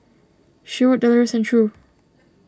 Sherwood Deloris and True